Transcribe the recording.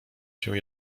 się